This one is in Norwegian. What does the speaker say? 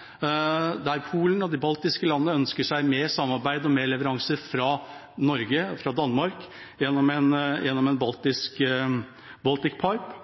der gjelder gass, og det er en debatt vi ikke hører noe om her. Polen og de baltiske landene ønsker seg mer samarbeid og mer leveranser fra Norge og fra Danmark gjennom en «Baltic Pipe».